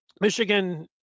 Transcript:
Michigan